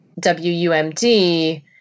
wumd